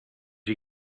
you